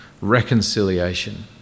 Reconciliation